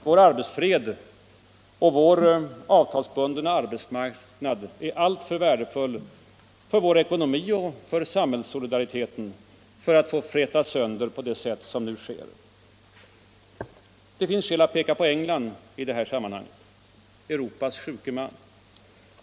Vår arbetsfred och vår avtalsbundna arbetsmarknad är alltför värdefulla för vår ekonomi och för samhällssolidariteten för att få frätas sönder på det sätt som nu sker. Det finns skäl att peka på England i detta sammanhang, Europas sjuke man.